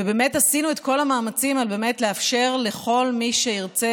ובאמת עשינו את כל המאמצים לאפשר לכל מי שירצה